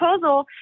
proposal